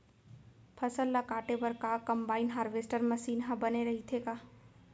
फसल ल काटे बर का कंबाइन हारवेस्टर मशीन ह बने रइथे का?